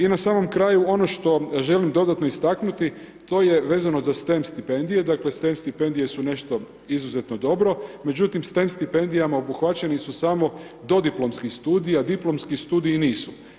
I na samom kraju ono što želim dodatno istaknuti, to je vezano za STEM stipendije, dakle STEM stipendije su nešto izuzetno dobro, međutim STEM stipendijama obuhvaćeni su samo dodiplomski studiji a diplomski studiji nisu.